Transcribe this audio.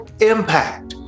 impact